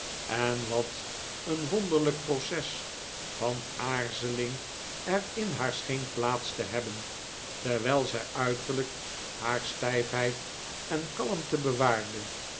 en wat een wonderlijk proces van aarzeling er in haar scheeri plaats te hebben terwijl zij uiterlijk haar stijfheid en kalmt'e bewaarde